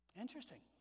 Interesting